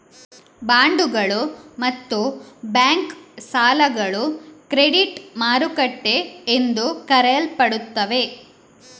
ಬಾಂಡುಗಳು ಮತ್ತು ಬ್ಯಾಂಕ್ ಸಾಲಗಳು ಕ್ರೆಡಿಟ್ ಮಾರುಕಟ್ಟೆ ಎಂದು ಕರೆಯಲ್ಪಡುತ್ತವೆ